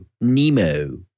nemo